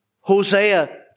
Hosea